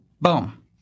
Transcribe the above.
boom